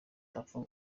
wapfa